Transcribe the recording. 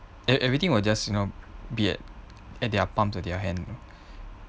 ev~ everything will just you know be at at their palms or their hand you know